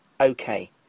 okay